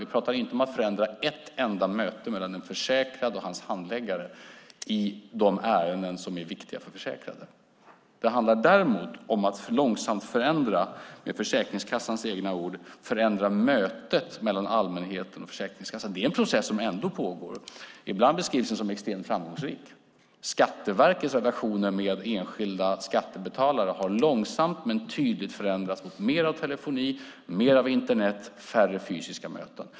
Vi pratar inte om att förändra ett enda möte mellan en försäkrad och hans handläggare i de ärenden som är viktiga för försäkrade. Det handlar däremot om att, med Försäkringskassans egna ord, långsamt förändra mötet mellan allmänheten och Försäkringskassan. Det är en process som ändå pågår. Ibland beskrivs den som extremt framgångsrik. Skatteverkets relationer med enskilda skattebetalare har långsamt men tydligt förändrats mot mer av telefoni, mer av Internet och färre fysiska möten.